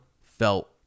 felt